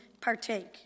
partake